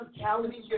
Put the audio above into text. calories